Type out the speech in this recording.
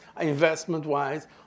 investment-wise